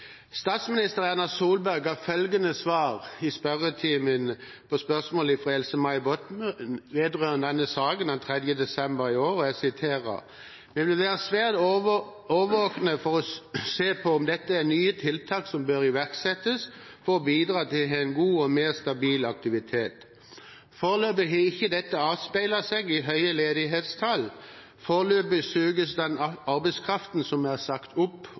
Statsminister Erna Solberg ga følgende svar i spørretimen på spørsmål fra Else-May Botten vedrørende denne saken den 3. desember i år: «Vi vil være svært årvåkne for å se på om det er nye tiltak som bør iverksettes, for å bidra til at vi har en god og mer stabil aktivitet. Foreløpig er ikke dette avspeilet i høye ledighetstall. Foreløpig suges den arbeidskraften som er sagt opp,